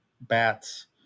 bats